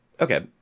Okay